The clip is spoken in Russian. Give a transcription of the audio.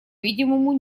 видимому